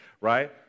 right